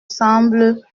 semble